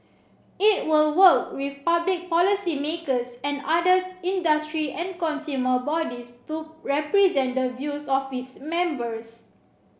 it will work with public policymakers and other industry and consumer bodies to represent the views of its members